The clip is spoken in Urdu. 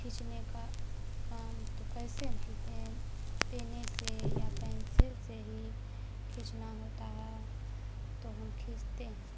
کھینچنے کا کام تو کیسے ہم کھینچتے ہیں پینے سے یا پینسل سے ہی کھینچنا ہوتا ہے تو ہم کھینچتے ہیں